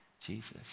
Jesus